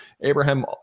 Abraham